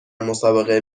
مسابقه